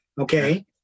okay